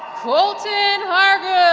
colton harguth,